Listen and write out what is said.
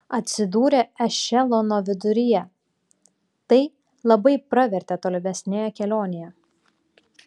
atsidūrė ešelono viduryje tai labai pravertė tolimesnėje kelionėje